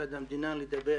מצד המדינה לדבר